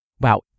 Wow